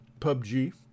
PUBG